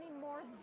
more